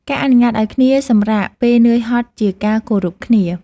ការអនុញ្ញាតឱ្យគ្នាសម្រាកពេលនឿយហត់ជាការគោរពគ្នា។